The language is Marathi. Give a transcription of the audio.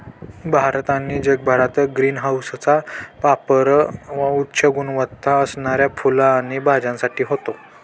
भारत आणि जगभरात ग्रीन हाऊसचा पापर उच्च गुणवत्ता असणाऱ्या फुलं आणि भाज्यांसाठी होतो